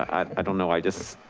i don't know i just